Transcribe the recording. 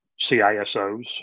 CISOs